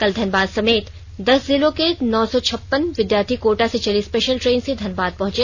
कल धनबाद समेत दस जिलों के नौ सौ छप्पन विधार्थी कोटा से चली स्पेशल ट्रेन से धनबाद पहुंचे